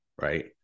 right